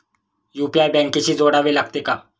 UPI बँकेशी जोडावे लागते का?